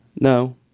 No